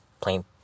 plain